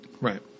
Right